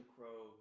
Crow